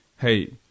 hey